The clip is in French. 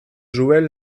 joël